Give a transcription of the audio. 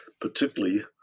particularly